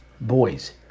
boys